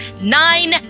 Nine